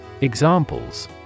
Examples